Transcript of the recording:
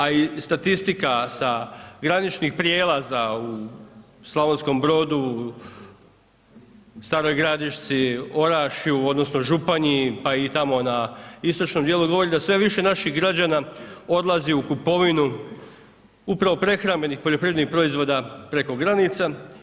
A i statistika sa graničnih prijelaza u Slavonskom Brodu, Staroj Gradišci, Orašju odnosno Županji, pa i tamo na istočnom dijelu govori da sve više naših građana odlazi u kupovinu upravo prehrambenih poljoprivrednih proizvoda preko granica.